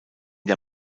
der